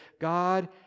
God